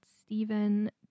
Stephen